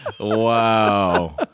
Wow